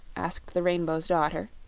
asked the rainbow's daughter.